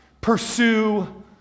pursue